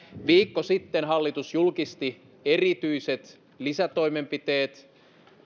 viikko sitten hallitus julkisti erityiset lisätoimenpiteet